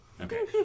Okay